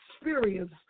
experience